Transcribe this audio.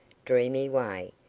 dreamy way,